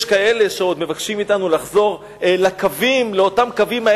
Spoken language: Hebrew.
יש כאלה שעוד מבקשים מאתנו לחזור לאותם קווים,